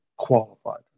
Qualified